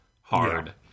hard